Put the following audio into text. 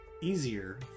easier